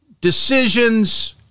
decisions